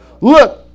Look